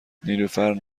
نیلوفرنه